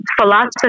philosophy